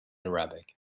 arabic